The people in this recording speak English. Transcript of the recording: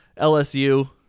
LSU